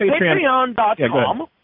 Patreon.com